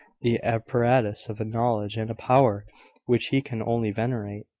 the apparatus of a knowledge and a power which he can only venerate!